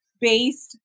based